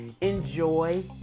enjoy